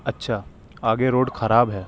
اچھا آگے روڈ خراب ہے